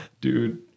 dude